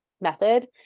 method